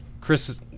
Chris